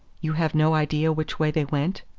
you have no idea which way they went?